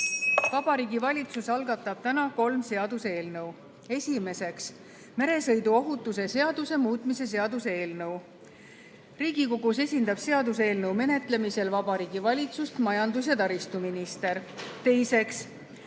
Vabariigi Valitsus algatab täna kolm seaduseelnõu. Esimeseks, meresõiduohutuse seaduse muutmise seaduse eelnõu. Riigikogus esindab seaduseelnõu menetlemisel Vabariigi Valitsust majandus- ja taristuminister. Teiseks,